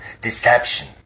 deception